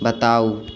बताउ